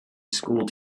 school